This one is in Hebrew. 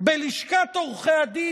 בלשכת עורכי הדין,